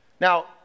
Now